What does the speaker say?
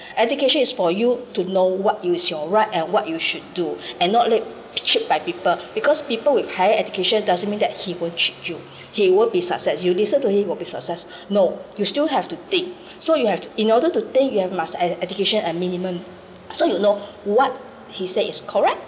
education is for you to know what is your right and what you should do and not let cheat by people because people with higher education doesn't mean that he won't cheat you he will be success you listen to him will be success no you still have to think so you have to in order to think you have must have education at minimum so you know what he said is correct